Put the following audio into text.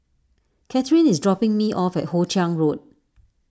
Cathrine is dropping me off at Hoe Chiang Road